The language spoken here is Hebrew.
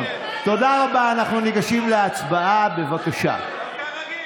סיבה לפזר את ההתקהלות סביב רכבו של הגאב"ד,